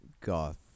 goth